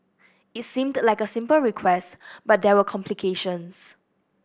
it seemed like a simple request but there were complications